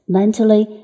mentally